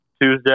Tuesday